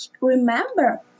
remember